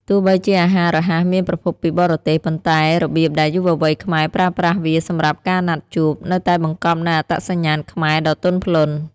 ទោះបីជាអាហាររហ័សមានប្រភពពីបរទេស ប៉ុន្តែរបៀបដែលយុវវ័យខ្មែរប្រើប្រាស់វាសម្រាប់ការណាត់ជួប នៅតែបង្កប់នូវអត្តសញ្ញាណខ្មែរដ៏ទន់ភ្លន់។